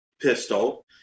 pistol